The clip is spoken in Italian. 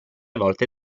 volte